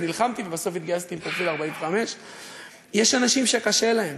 אז נלחמתי ובסוף התגייסתי עם פרופיל 45. יש אנשים שקשה להם,